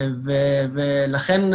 ולכן,